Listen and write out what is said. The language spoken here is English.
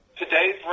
Today's